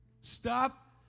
Stop